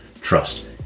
trust